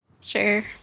Sure